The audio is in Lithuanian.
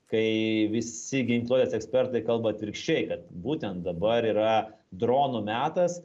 kai visi ginkluotės ekspertai kalba atvirkščiai kad būtent dabar yra dronų metas